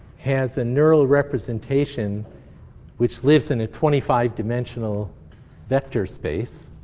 has a neural representation which lives in a twenty five dimensional vector space,